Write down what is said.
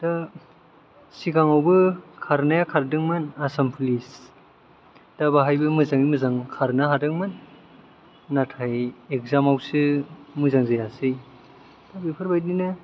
दा सिगाङावबो खारनाया खारदोंमोन आसाम फुलिस दा बाहायबो मोजाङै मोजां खारनो हादोंमोन नाथाय इकजामावसो मोजां जायासै बेफोरबायदिनो